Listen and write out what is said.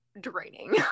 draining